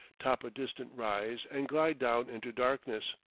top a distant rise and glide down into darkness.